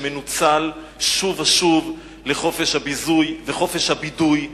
שמנוצל שוב ושוב לחופש הביזוי וחופש הבידוי,